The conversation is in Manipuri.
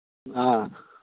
ꯑꯥ